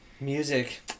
music